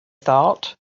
thought